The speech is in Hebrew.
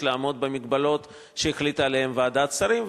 לעמוד במגבלות שהחליטה עליהן ועדת שרים,